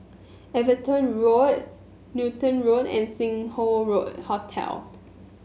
Everton Road Newton Road and Sing Hoe road Hotel